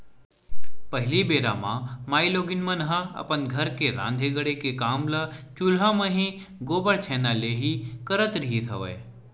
पहिली बेरा म मारकेटिंग मन ह अपन घर के राँधे गढ़े के काम ल चूल्हा म ही, गोबर छैना ले ही करत रिहिस हवय